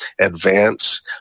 advance